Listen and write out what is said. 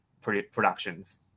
productions